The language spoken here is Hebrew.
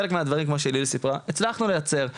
חלק מהדברים, כמו שאילאיל סיפרה, הצלחנו לייצר.